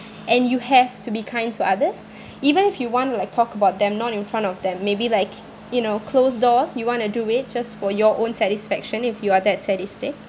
and you have to be kind to others even if you want like talk about them not in front of them maybe like you know closed doors you want to do it just for your own satisfaction if you are that sadistic